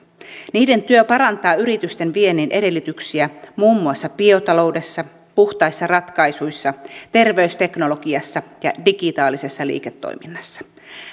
niiden työ parantaa yritysten viennin edellytyksiä muun muassa biotaloudessa puhtaissa ratkaisuissa terveysteknologiassa ja digitaalisessa liiketoiminnassa